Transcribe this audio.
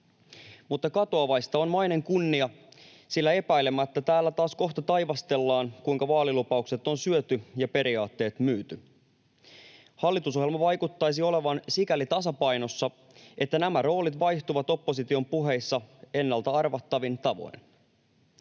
Mutta katoavaista on mainen kunnia, sillä epäilemättä täällä taas kohta taivastellaan, kuinka vaalilupaukset on syöty ja periaatteet myyty. Hallitusohjelma vaikuttaisi olevan sikäli tasapainossa, että nämä roolit vaihtuvat opposition puheissa ennalta arvattavin tavoin.